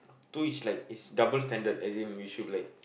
to each like is double standard as in we should like